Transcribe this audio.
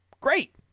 Great